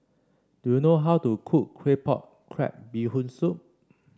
do you know how to cook Claypot Crab Bee Hoon Soup